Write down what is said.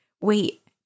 wait